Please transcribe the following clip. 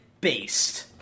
Based